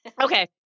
Okay